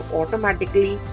automatically